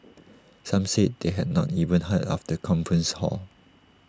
some said they had not even heard of the conference hall